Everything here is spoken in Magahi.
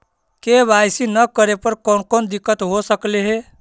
के.वाई.सी न करे पर कौन कौन दिक्कत हो सकले हे?